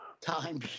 Time